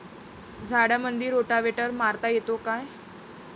झाडामंदी रोटावेटर मारता येतो काय?